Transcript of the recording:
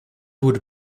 would